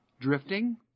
drifting